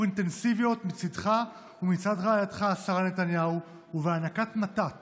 אינטנסיביות מצידך ומצד רעייתך שרה נתניהו ובהענקת מתת